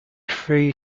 free